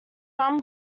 run